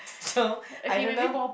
so I don't know